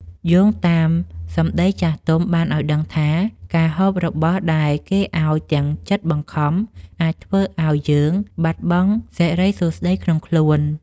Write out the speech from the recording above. យោងតាមសម្តីចាស់ទុំបានឱ្យដឹងថាការហូបអាហារដែលគេឱ្យទាំងចិត្តបង្ខំអាចធ្វើឱ្យយើងបាត់បង់សិរីសួស្តីក្នុងខ្លួន។